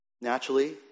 Naturally